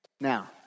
Now